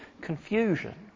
confusion